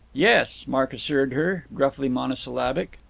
yes, mark assured her, gruffly monosyllabic.